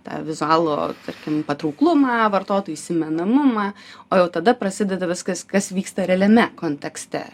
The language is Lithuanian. tą vizualų tarkim patrauklumą vartotojų įsimenamumą o jau tada prasideda viskas kas vyksta realiame kontekste